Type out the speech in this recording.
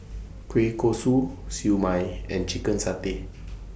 Kueh Kosui Siew Mai and Chicken Satay